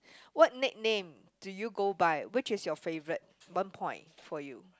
what nickname do you go by which is your favourite one point for you